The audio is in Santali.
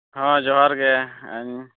ᱦᱮᱸ ᱡᱚᱦᱟᱨᱜᱮ ᱤᱧ